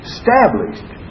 Established